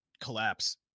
collapse